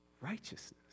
righteousness